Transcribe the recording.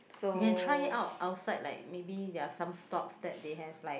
you can try out outside like maybe there are some stops that they have like